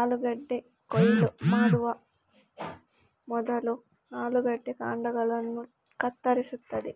ಆಲೂಗಡ್ಡೆ ಕೊಯ್ಲು ಮಾಡುವ ಮೊದಲು ಆಲೂಗಡ್ಡೆ ಕಾಂಡಗಳನ್ನು ಕತ್ತರಿಸುತ್ತದೆ